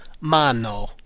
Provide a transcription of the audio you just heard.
mano